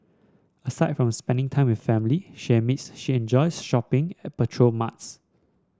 aside from spending time with family she admits she enjoys shopping at petrol marts